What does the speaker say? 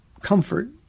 comfort